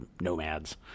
nomads